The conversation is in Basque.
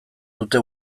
dute